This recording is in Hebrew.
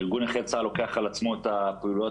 ארגון נכי צה"ל לוקח על עצמו את הפעילויות